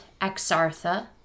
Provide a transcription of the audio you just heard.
Exartha